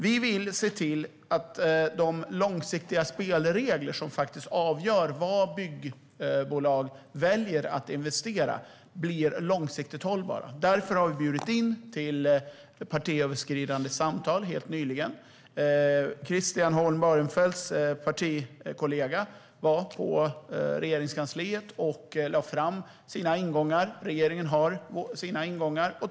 Vi vill se till att de spelregler som avgör vad byggbolag väljer att investera i blir långsiktigt hållbara. Därför har vi nyligen bjudit in till partiöverskridande samtal. Christian Holm Barenfelds partikollega var på Regeringskansliet och lade fram sina ingångar, och regeringen har sina.